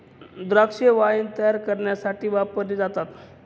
द्राक्षे वाईन तायार करण्यासाठी वापरली जातात